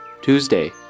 Tuesday